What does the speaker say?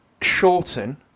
shorten